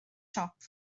siop